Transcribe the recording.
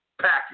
package